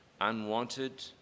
unwanted